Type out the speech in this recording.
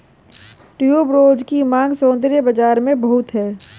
tuberose की मांग सौंदर्य बाज़ार में बहुत है